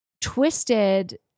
twisted